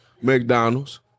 McDonald's